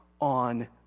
on